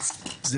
זה